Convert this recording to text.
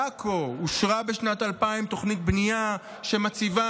בעכו אושרה בשנת 2000 תוכנית בנייה שמציבה